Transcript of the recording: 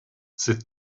sit